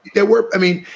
there weren't. i mean,